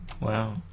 Wow